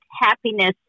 happiness